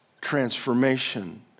transformation